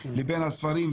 לבין הספרים,